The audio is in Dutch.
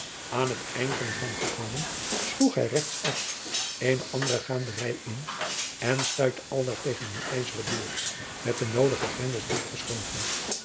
aan het eind van den gang gekomen sloeg hij rechts af eene andere gaanderij in en stuitte aldaar tegen eene ijzeren deur met de noodige grendels